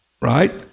right